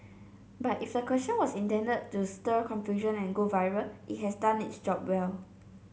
but if the question was intended to stir confusion and go viral it has done its job well